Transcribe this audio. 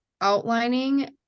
outlining